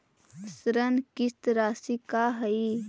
ऋण किस्त रासि का हई?